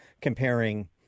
comparing